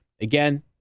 again